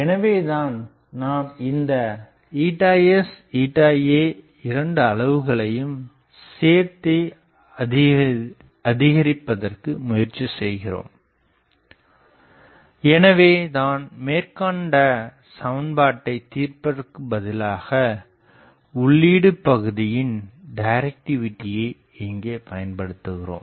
எனவேதான் நாம் இந்த sa 2 அளவுகளையும் சேர்த்தே அதிகரிப்பதற்கு முயற்சி செய்கிறோம் எனவே தான் மேற்கண்ட சமன்பாட்டை தீர்ப்பதற்கு பதிலாக உள்ளீடு பகுதியின் டைரக்டிவிடியை இங்கே பயன்படுத்துகிறோம்